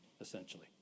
essentially